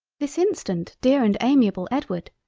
this instant, dear and amiable edward.